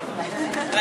אנחנו